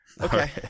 Okay